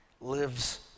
lives